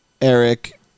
Eric